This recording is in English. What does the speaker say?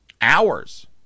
Hours